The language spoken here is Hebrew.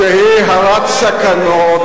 שהיא הרת סכנות.